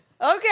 Okay